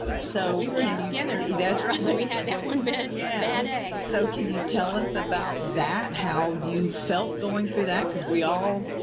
so we were in together. that is right. and we had that one, bad yeah bad egg. so can you tell us about that, how you felt going through that? because we all,